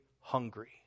hungry